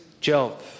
Job